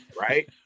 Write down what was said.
right